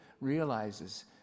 realizes